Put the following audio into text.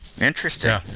Interesting